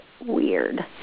weird